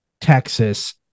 Texas